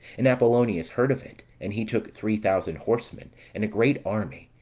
and apollonius heard of it, and he took three thousand horsemen, and a great army.